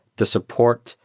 the support,